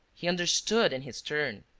he understood in his turn!